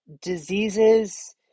diseases